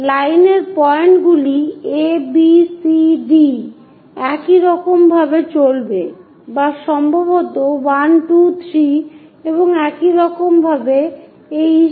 লাইনের পয়েন্টগুলি a b c d একইরকম ভাবে চলবে বা সম্ভবত 1 2 3 এবং একইরকম এই হিসাবে উল্লেখ করা হয়েছে